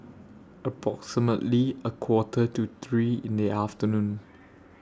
approximately A Quarter to three in The afternoon